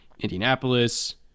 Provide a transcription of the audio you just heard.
Indianapolis